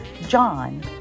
John